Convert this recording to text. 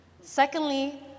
Secondly